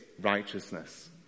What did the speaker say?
righteousness